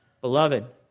beloved